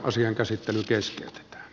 asian käsittely keskeytetään